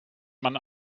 man